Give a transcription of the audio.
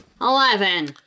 Eleven